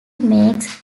makes